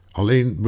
alleen